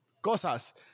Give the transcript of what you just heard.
cosas